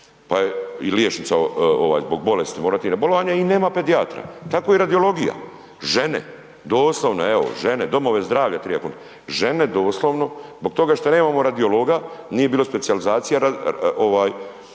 je i liječnica zbog bolesti morati na bolovanje i nema pedijatra. Tako i radiologija, žene, doslovno, evo, žene domove zdravlja triba, žene doslovno zbog toga što nemamo radiologa, nije bilo specijalizacije raspisanih